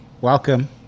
welcome